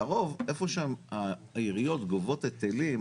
לרוב איפה שהעיריות גובות היטלים,